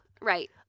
right